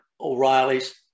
O'Reilly's